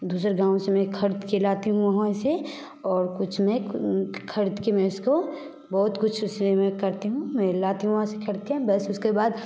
दोसरे गाँव से मैं ख़रीद के लाती हूँ वहाँ से और कुछ में ख़रीद के मैं उसको बहुत कुछ उससे मैं करती हूँ मैं लाती हूँ वहाँ से खड़ के बस उसके बाद